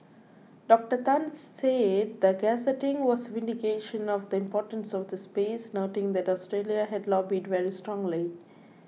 Doctor Tan said the gazetting was vindication of the importance of the space noting that Australia had lobbied very strongly